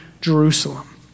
Jerusalem